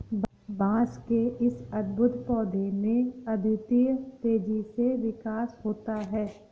बांस के इस अद्भुत पौधे में अद्वितीय तेजी से विकास होता है